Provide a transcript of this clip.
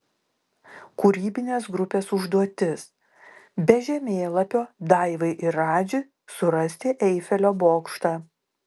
kūrybinės grupės užduotis be žemėlapio daivai ir radži surasti eifelio bokštą